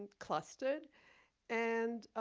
clustered and